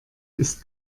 ist